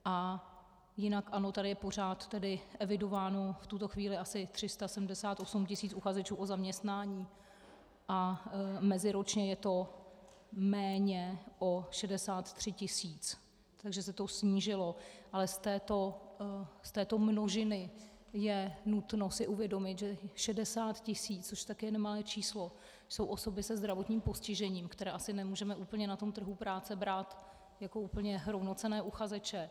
A jinak ano, tady je pořád evidováno v tuto chvíli asi 378 tisíc uchazečů o zaměstnání a meziročně je to méně o 63 tisíc, takže se to snížilo, ale z této množiny je nutno si uvědomit, že 60 tisíc, což také je nemalé číslo, jsou osoby se zdravotním postižením, které asi nemůžeme úplně na tom trhu práce brát jako úplně rovnocenné uchazeče.